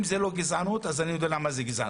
אם זאת לא גזענות, אז אני לא יודע מה זה גזענות.